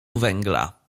węgla